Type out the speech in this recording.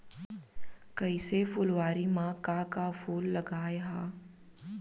कइसे फुलवारी म का का फूल लगाय हा?